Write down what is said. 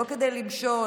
לא כדי למשול,